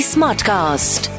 Smartcast